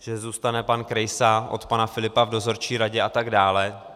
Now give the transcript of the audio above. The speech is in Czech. Že zůstane pan Krejsa od pana Filipa v dozorčí radě atd.